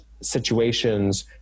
situations